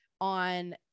on